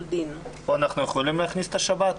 דין; פה אנחנו יכולים להכניס אוטובוסים בשבת?